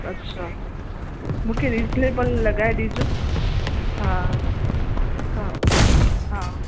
अच्छा मूंखे रीजनेबिल लॻाए ॾिजो हा हा हा